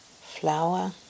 flower